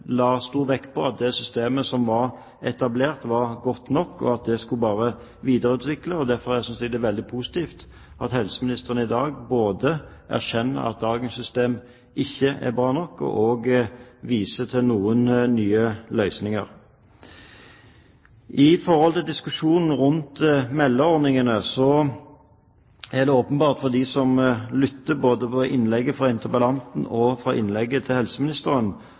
stor vekt på at det systemet som var etablert, var godt nok, og det skulle en bare videreutvikle. Derfor synes jeg det er veldig positivt at helseministeren i dag erkjenner at dagens system ikke er bra nok, og viser til noen nye løsninger. Når det gjelder diskusjonen rundt meldeordningene, er det åpenbart for dem som lyttet til både innlegget fra interpellanten og innlegget til helseministeren,